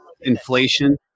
inflation